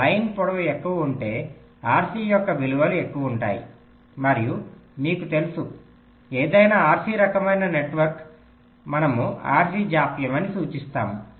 కాబట్టి లైన్ పొడవు ఎక్కువ ఉంటే RC యొక్క విలువలు ఎక్కువ ఉంటాయి మరియు మీకు తెలుసు ఏదైనా RC రకమైన నెట్వర్క్ను మనము RC జాప్యం అని సూచిస్తాము